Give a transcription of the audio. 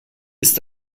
ist